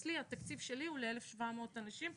התקציב שלי הוא ל-1,700 אנשים.